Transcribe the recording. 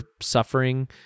suffering